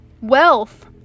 wealth